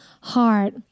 heart